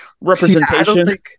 representation